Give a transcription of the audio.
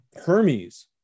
Hermes